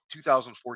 2014